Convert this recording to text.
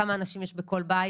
כמה אנשים יש בכל בית?